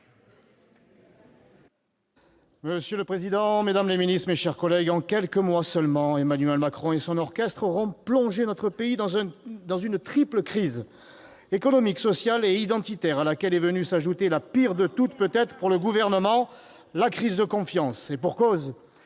Monsieur le président, mesdames les ministres, mes chers collègues, en quelques mois seulement, Emmanuel Macron et son orchestre auront plongé notre pays dans une triple crise, économique, sociale et identitaire, à laquelle est venue s'ajouter la pire de toutes, peut-être, pour le Gouvernement, la crise de confiance. Et pour cause :